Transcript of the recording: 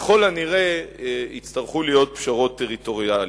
ככל הנראה יצטרכו להיות פשרות טריטוריאליות.